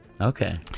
Okay